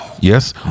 Yes